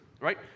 Right